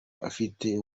ufite